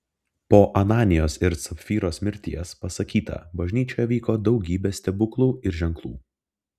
po ananijos ir sapfyros mirties pasakyta bažnyčioje vyko daugybė stebuklų ir ženklų